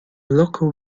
local